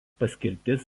paskirtis